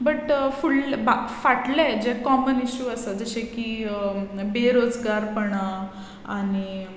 but फुडल्या बा फाटले जे कॉमन इशू आसा जशे की बेरोजगारपणां आनी